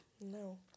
No